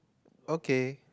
okay